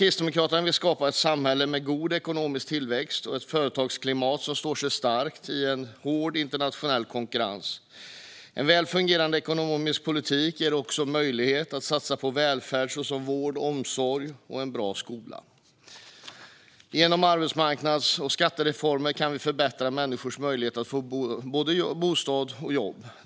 Kristdemokraterna vill skapa ett samhälle med god ekonomisk tillväxt och ett företagsklimat som står sig starkt i en hård internationell konkurrens. En väl fungerande ekonomisk politik ger oss möjlighet att satsa på välfärden, såsom vård, omsorg och en bra skola. Genom arbetsmarknads och skattereformer kan vi förbättra människors möjligheter att få både bostad och jobb.